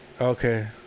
Okay